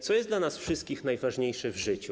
Co jest dla nas wszystkich najważniejsze w życiu?